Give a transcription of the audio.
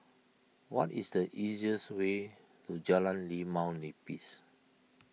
what is the easiest way to Jalan Limau Nipis